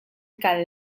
kal